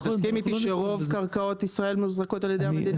אתה מסכים איתי שרוב קרקעות ישראל מוחזקות על-ידי המדינה?